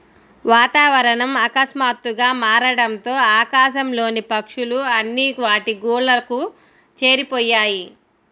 వాతావరణం ఆకస్మాతుగ్గా మారడంతో ఆకాశం లోని పక్షులు అన్ని వాటి గూళ్లకు చేరిపొయ్యాయి